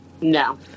No